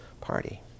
party